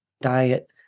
diet